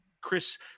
chris